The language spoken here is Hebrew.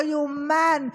לא ייאמן,